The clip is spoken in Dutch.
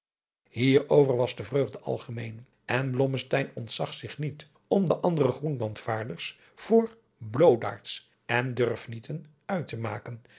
hierover was de vreugde algemeen en blommesteyn ontzag zich niet om de andere groenlandsvaarders voor bloodaards en durfnieten uit te maken